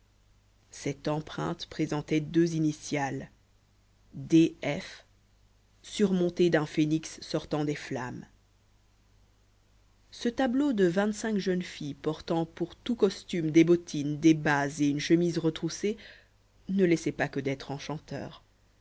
cette empreinte présentait deux initiales d f surmontées d'un phénix sortant des flammes ce tableau de vingt-cinq jeunes filles portant pour tout costume des bottines des bas et une chemise retroussée ne laissait pas que d'être enchanteur